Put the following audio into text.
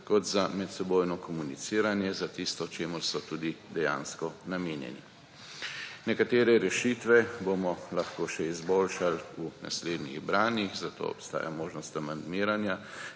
kot za medsebojno komuniciranje, za tisto, čemur so tudi dejansko namenjeni. Nekatere rešitve bomo lahko še izboljšali v naslednjih branjih, zato obstaja možnost amandmiranja,